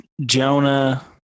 Jonah